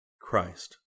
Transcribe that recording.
Christ